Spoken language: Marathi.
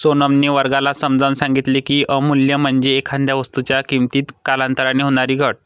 सोनमने वर्गाला समजावून सांगितले की, अवमूल्यन म्हणजे एखाद्या वस्तूच्या किमतीत कालांतराने होणारी घट